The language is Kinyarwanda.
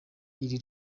iri